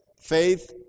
faith